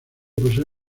posee